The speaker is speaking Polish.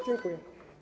Dziękuję.